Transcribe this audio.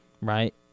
right